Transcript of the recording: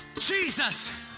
Jesus